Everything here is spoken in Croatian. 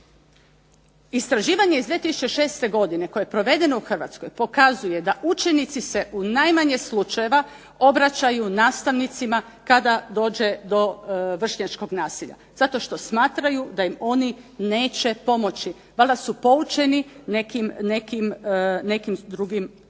Istraživanje izi 2006. godine koje je provedeno u Hrvatskoj pokazuje da učenici se u najmanje slučajeva obraćaju nastavnicima kada dođe do vršnjačkog nasilja, zato što smatraju da im oni neće pomoći, valjda su poučeni nekim drugim iskustvima.